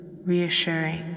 Reassuring